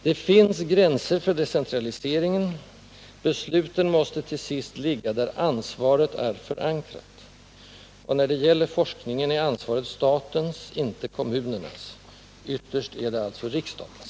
Det finns gränser för decentraliseringen: besluten måste till sist ligga där ansvaret är förankrat. Och när det gäller forskningen är ansvaret statens, inte kommunernas. Ytterst är det alltså riksdagens.